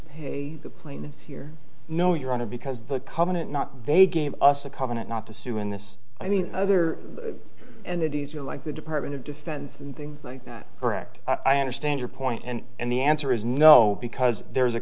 pay the plaintiff here no your honor because the covenant not vague gave us a covenant not to sue in this i mean other entities you like the department of defense and things like that correct i understand your point and and the answer is no because there is a